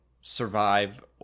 survive